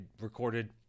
recorded